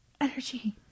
Energy